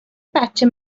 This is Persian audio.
بچه